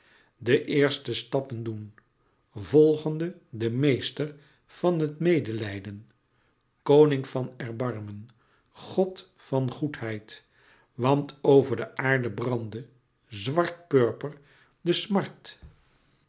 de eerste stappen doen volgende den meester van het medelijden koning van erbarmen god van goedheid want over de aarde brandde zwartpurper de smart